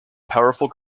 powerful